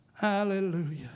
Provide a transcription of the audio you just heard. Hallelujah